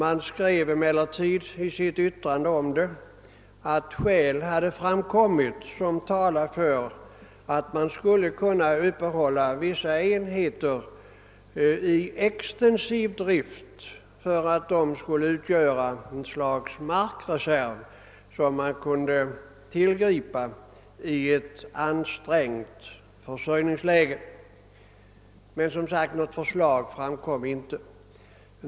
Den anförde emellertid i sitt uttalande om tanken härpå att skäl framkommit som talar för att vissa enheter skulle kunna uppehållas i extensiv drift för att utgöra ett slags markreserv att tillgripa i ett ansträngt försörjningsläge. Något förslag framlades emellertid som sagt inte.